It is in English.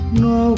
no